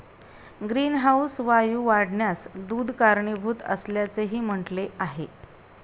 greenhouse वायू वाढण्यास दूध कारणीभूत असल्याचेही म्हटले आहे